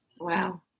Wow